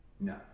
No